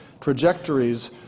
trajectories